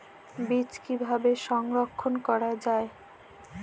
বীজ কিভাবে সংরক্ষণ করা যায়?